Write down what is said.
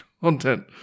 content